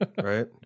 right